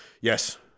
Yes